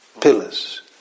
pillars